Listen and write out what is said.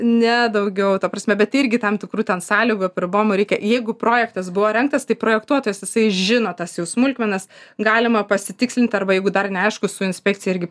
ne daugiau ta prasme bet irgi tam tikrų ten sąlygų apribojimų reikia jeigu projektas buvo rengtas tai projektuotojas jisai žino tas jau smulkmenas galima pasitikslinti arba jeigu dar neaišku su inspekcija irgi